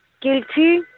guilty